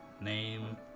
name